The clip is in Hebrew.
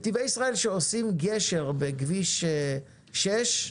נתיבי ישראל שעושים גשר בכביש 6,